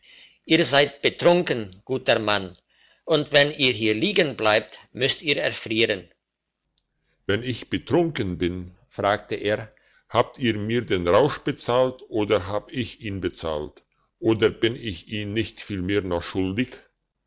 ihr seid betrunken guter mann und wenn ihr hier liegen bleibt müsst ihr erfrieren wenn ich betrunken bin fragte er habt ihr mir den rausch bezahlt oder hab ich ihn bezahlt oder bin ich ihn nicht vielmehr noch schuldig